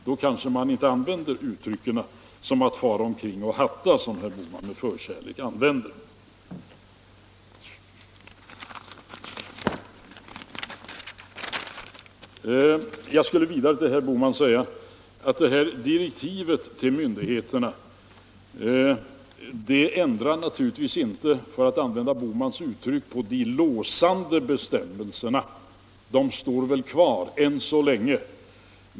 Då kanske man inte begagnar uttrycket fara omkring och hatta, som herr Bohman nu med förkärlek använde. Jag skulle vidare till herr Bohman vilja säga att det ifrågavarande direktivet till myndigheterna ändrar naturligtvis inte, för att använda herr Bohmans uttryck, på de låsande bestämmelserna — de står väl kvar än så länge.